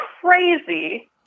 crazy